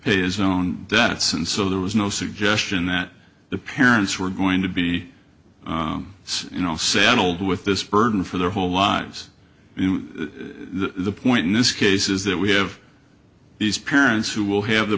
his own debts and so there was no suggestion that the parents were going to be you know saddled with this burden for their whole lives the point in this case is that we have these parents who will have the